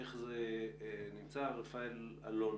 רפאל אלון,